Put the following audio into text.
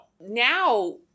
Now